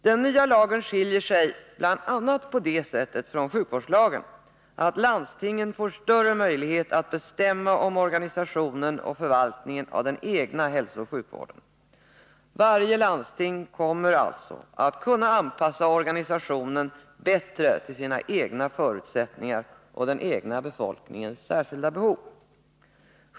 Den nya lagen skiljer sig bl.a. på det sättet från sjukvårdslagen att landstingen får större möjligheter att bestämma om organisationen och förvaltningen av den egna hälsooch sjukvården. Varje landsting kommer alltså att kunna anpassa organisationen bättre till sina egna förutsättningar och den egna befolkningens särskilda behov.